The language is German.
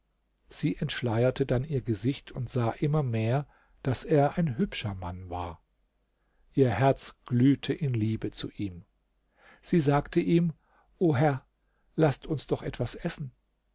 sie entschleierte dann ihr gesicht und sah immer mehr daß er ein hübscher mann war ihr herz glühte in liebe zu ihm sie sagte ihm o herr laßt uns doch etwas essen